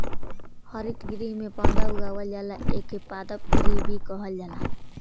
हरितगृह में पौधा उगावल जाला एके पादप गृह भी कहल जाला